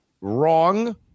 wrong